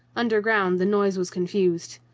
under ground the noise was confused.